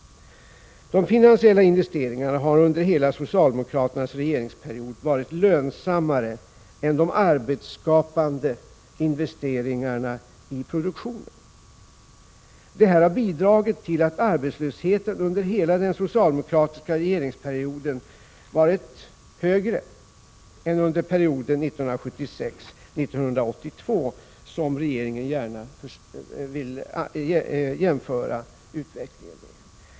De finansiella investeringarna har under socialdemokraternas hela regeringsperiod varit lönsammare än de arbetsskapande investeringarna i produktionen. Detta har bidragit till att arbetslösheten under hela den socialdemokratiska regeringsperioden har varit högre än under perioden 1976-1982, som regeringen gärna vill jämföra med.